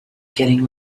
getting